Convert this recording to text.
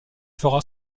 fera